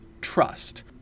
trust